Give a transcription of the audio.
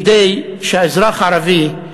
כדי שהאזרח הערבי,